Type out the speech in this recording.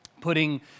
putting